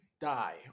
die